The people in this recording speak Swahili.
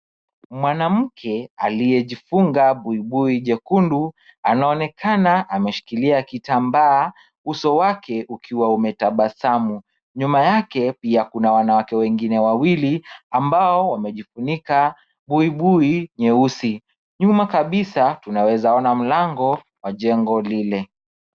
Mwanamke aliyejifunga buibui jekundu, anaonekana ameshikilia kitambaa uso wake ukiwa umetabasamu. Nyuma yake pia kuna wanawake wengine wawili ambao wamejifunika buibui nyeusi. Nyuma kabisa tunaweza ona mlango wa jengo lile.